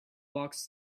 box